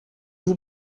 vous